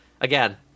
Again